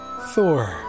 Thor